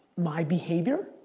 my behavior.